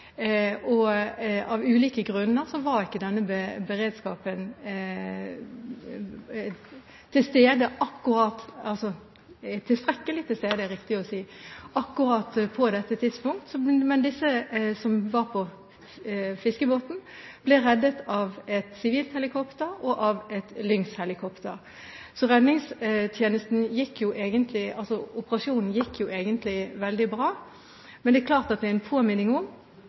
og av ulike grunner var ikke denne beredskapen tilstrekkelig til stede akkurat på det tidspunktet. Men de som var på fiskebåten, ble reddet av et sivilt helikopter og et Lynx-helikopter. Så redningsoperasjonen gikk egentlig veldig bra, men det er klart en påminning om at når noe skjer, så kan vi være sårbare fordi det ikke nødvendigvis alltid er